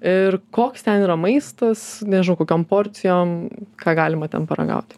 ir koks ten yra maistas nežinau kokiom porcijom ką galima ten paragauti